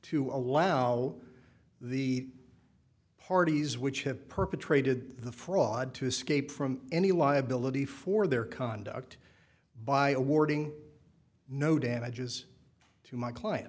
to allow the parties which have perpetrated the fraud to escape from any liability for their conduct by awarding no damages to my client